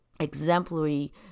Exemplary